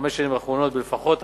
בחמש השנים האחרונות ב-40% לפחות.